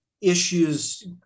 issues